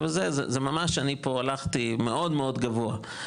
זה ממש אני פה הלכתי מאוד גבוה,